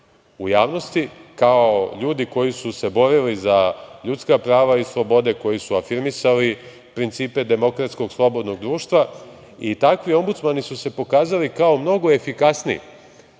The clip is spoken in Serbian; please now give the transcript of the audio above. u javnosti kao ljudi koji su se borili za ljudska prava i slobode, koji su afirmisali principe demokratskog, slobodnog društva i takvi ombudsmani su se pokazali kao mnogo efikasniji